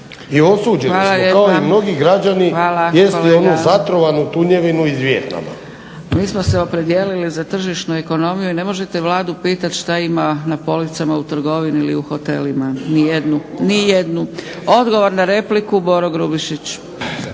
i osuđeni smo kao i mnogi građani jesti ovu zatrovanu tunjevinu iz Vijetnama. **Zgrebec, Dragica (SDP)** Hvala. Mi smo se opredijelili za tržišnu ekonomiju i ne možete Vladu pitati šta ima u policama na trgovinama ili u hotelima, nijednu. Odgovor na repliku, Boro Grubišić.